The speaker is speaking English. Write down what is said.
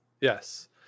Yes